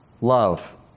love